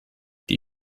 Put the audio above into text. die